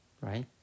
Right